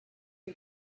who